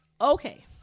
Okay